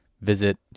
visit